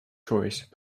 choice